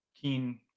keen